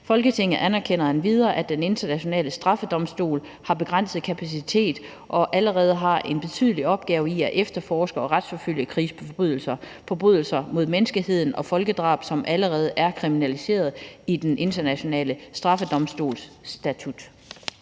Folketinget anerkender endvidere, at Den Internationale Straffedomstol har begrænset kapacitet og allerede har en betydelig opgave i at efterforske og retsforfølge krigsforbrydelser, forbrydelser mod menneskeheden og folkedrab, som allerede er kriminaliseret i Den Internationale Straffedomstols statut.«